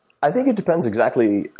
i think it depends exactly,